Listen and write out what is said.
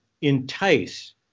entice